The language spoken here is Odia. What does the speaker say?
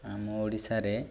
ଆମ ଓଡ଼ିଶାରେ